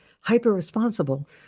hyper-responsible